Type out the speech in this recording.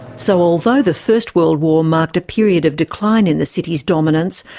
so although the first world war marked a period of decline in the city's dominance,